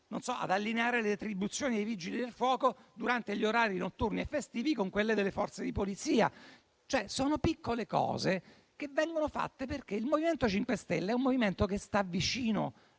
ad allineare le retribuzioni dei vigili del fuoco durante gli orari notturni e festivi con quelle delle Forze di polizia. Sono piccole cose che vengono fatte perché il MoVimento 5 Stelle sta vicino